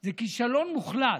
זה כישלון מוחלט,